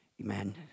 Amen